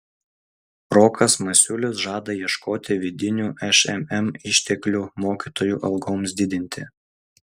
rokas masiulis žada ieškoti vidinių šmm išteklių mokytojų algoms didinti